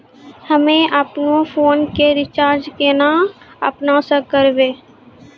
हम्मे आपनौ फोन के रीचार्ज केना आपनौ से करवै?